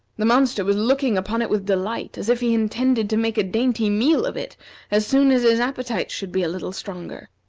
the monster was looking upon it with delight, as if he intended to make a dainty meal of it as soon as his appetite should be a little stronger.